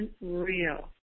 real